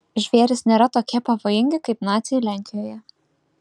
žvėrys nėra tokie pavojingi kaip naciai lenkijoje